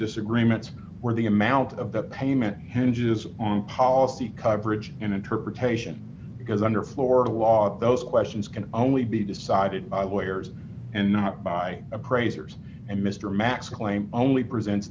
disagreements where the amount of the payment hinges on policy coverage in interpretation because under florida law those questions can only be decided lawyers and not by appraisers and mr max claims only present